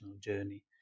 journey